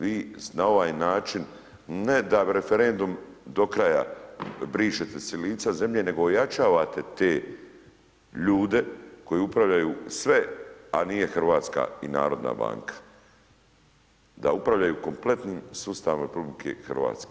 Vi na ovaj način ne da referendum do kraja brišete s lica zemlje, nego ojačavate te ljude koji upravljaju sve, a nije Hrvatska i narodna banka, da upravljaju kompletnim sustavom Republike Hrvatske.